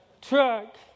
Truck